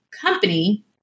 company